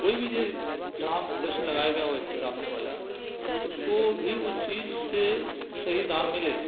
कोई भी चीज़ जहाँ हम प्रदर्शन लगाए वह व्यक्ति सामने वाला तो उसको भी उस चीज़ से सही दाम मिले